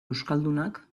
euskaldunak